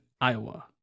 iowa